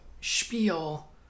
spiel